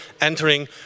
entering